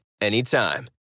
anytime